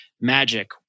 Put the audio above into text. Magic